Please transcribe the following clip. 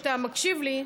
שאתה מקשיב לי,